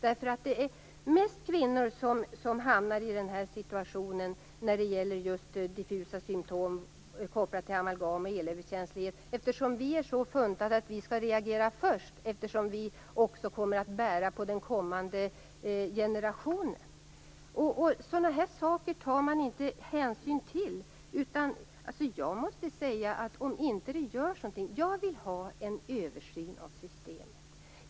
Det är mest kvinnor som hamnar i denna situation med diffusa symtom kopplade till amalgam och elöverkänslighet, eftersom kvinnor är så funtade att de skall reagera först eftersom de också kommer att bära på den kommande generationen. Sådana saker tar man inte hänsyn till. Jag vill att det skall ske en översyn av systemet.